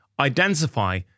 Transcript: Identify